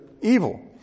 evil